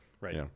Right